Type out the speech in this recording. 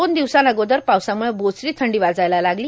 दोन दिवसांअगोदर पावसामुळं बोचरी थंडी वाजायला लागली